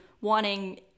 wanting